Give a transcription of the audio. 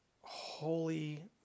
holy